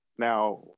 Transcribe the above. Now